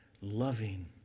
loving